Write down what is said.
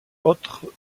autres